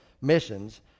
missions